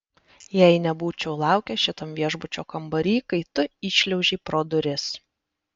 jei nebūčiau laukęs šitam viešbučio kambary kai tu įšliaužei pro duris